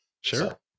Sure